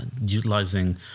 Utilizing